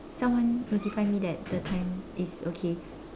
someone notify me that the time is okay